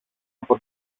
από